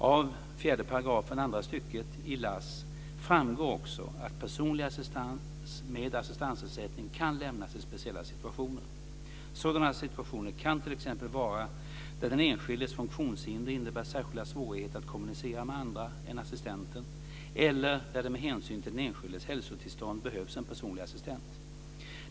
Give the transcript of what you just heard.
Av 4 § 2 stycket i LASS framgår också att personlig assistans med assistansersättning kan lämnas i speciella situationer. Sådana situationer kan t.ex. vara där den enskildes funktionshinder innebär särskilda svårigheter att kommunicera med andra än assistenten eller där det med hänsyn till den enskildes hälsotillstånd behövs en personlig assistent.